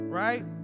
right